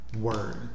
word